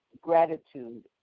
gratitude